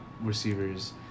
receivers